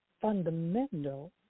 fundamental